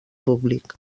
públic